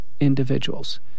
individuals